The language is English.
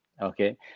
Okay